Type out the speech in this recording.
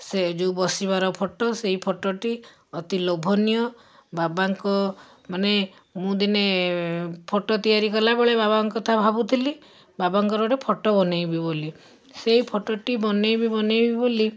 ସେ ଯେଉଁ ବସିବାର ଫୋଟ ସେଇ ଫୋଟଟି ଅତି ଲୋଭନୀୟ ବାବାଙ୍କ ମାନେ ମୁଁ ଦିନେ ଫୋଟ ତିଆରି କଲାବେଳେ ବାବଙ୍କ କଥା ଭାବୁଥିଲି ବାବଙ୍କର ଗୋଟେ ଫୋଟ ବନେଇବି ବୋଲି ସେ ଫୋଟଟି ବନେଇବି ବନେଇବି ବୋଲି